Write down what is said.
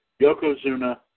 Yokozuna